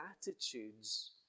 attitudes